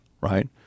right